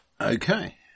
Okay